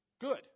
Good